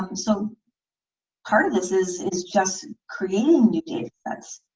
so part of this is is just creating new data sets,